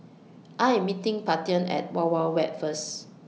I Am meeting Paityn At Wild Wild Wet First